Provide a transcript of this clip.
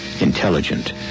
intelligent